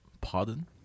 Pardon